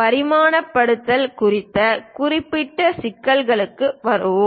பரிமாணப்படுத்தல் குறித்த குறிப்பிட்ட சிக்கல்களுக்கு வருவோம்